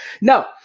Now